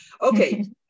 Okay